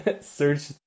search